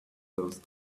those